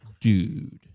Dude